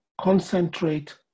concentrate